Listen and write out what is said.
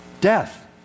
Death